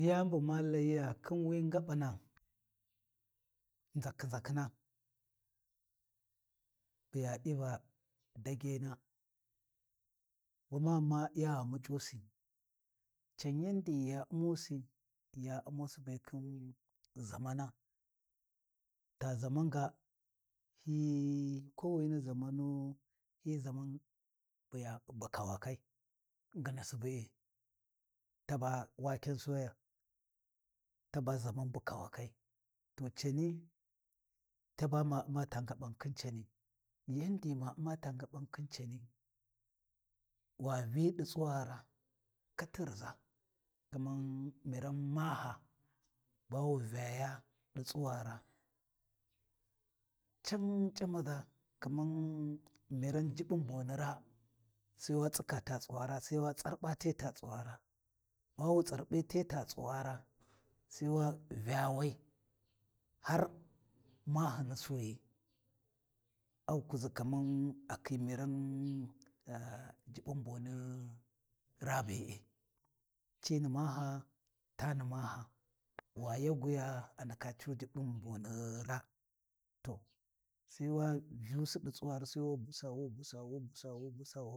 Yani bu ma Layiya khin wi ngaɓana, nʒak-nʒakhina bu yadi va Dagena, gwamani ma yau muc’usi can yandi ya U’musi ya U’musi be khin ʒamana ta ʒaman ga hi kowini ʒamanu hi ʒaman bu ya bu kawakai, nginasi be taba waken soya, taba ʒaman bu kawakai, toh cani, taba ma U’ma ta ngaban khin cani. Yandi ghi ma U’ma ta ngaban khin cani, wa Vyi di tsuwara kati riʒa, kaman miran maaha ba wu Vyaya ɗu tsuwara, cin C’amaʒa kaman miran Juɓɓun boni raa, sai wa tsika ta tsuwara, sai wa tsarɓa te ta tsuwara ba wu tsarɓi te ta tsuwara, sai wa Vya wai, har maahi ni Suwuyi awu kuʒi kaman a khi miran Juɓɓun boni raa be’e, cini maaha tani maaha, wa yaguya a ndaka cuu Juɓɓun boni raa, to sai wa Vyusi ɗi tsuwara sai wu busa, wu busa, wu busa wu busa.